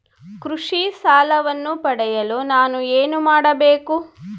ಕೃಷಿ ಸಾಲವನ್ನು ಪಡೆಯಲು ನಾನು ಏನು ಮಾಡಬೇಕು?